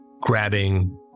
grabbing